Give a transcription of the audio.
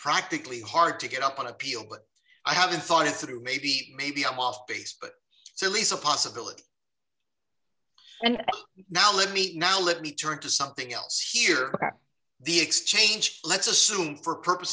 practically hard to get up on appeal but i haven't thought it through maybe maybe i'm off base but it's a lease a possibility and now let me now let me turn to something else here the exchange let's assume for purpose